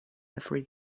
every